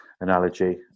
analogy